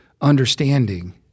understanding